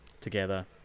together